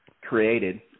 created